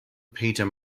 peter